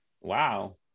Wow